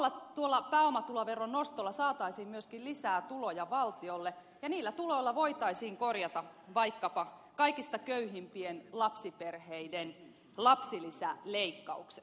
samalla tuolla pääomatuloveron nostolla saataisiin myöskin lisää tuloja valtiolle ja niillä tuloilla voitaisiin korjata vaikkapa kaikista köyhimpien lapsiperheiden lapsilisäleikkaukset